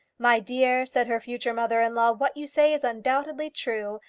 my dear, said her future mother-in-law, what you say is undoubtedly true.